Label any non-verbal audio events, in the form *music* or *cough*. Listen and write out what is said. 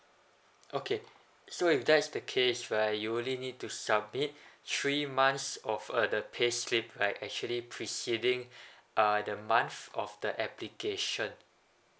okay so if that is the case right you only need to submit three months of uh the payslip like actually preceding *breath* uh the month of the application